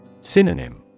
Synonym